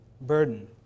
burden